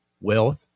wealth